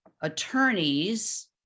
attorneys